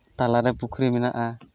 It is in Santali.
ᱛᱟᱞᱟ ᱨᱮ ᱯᱩᱠᱷᱨᱤ ᱢᱮᱱᱟᱜᱼᱟ